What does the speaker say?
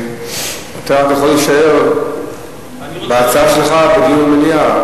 אתה יכול רק להישאר בהצעה שלך, דיון במליאה.